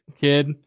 kid